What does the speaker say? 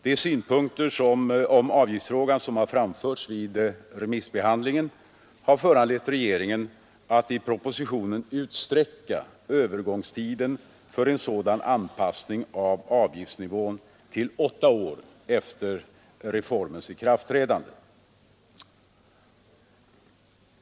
De synpunkter på avgiftsfrågan som har framförts vid remissbehandlingen har föranlett regeringen att i propositionen utsträcka övergångstiden för en sådan anspassning av avgiftsnivån till åtta år efter reformens ikraftträdande.